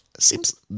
Seems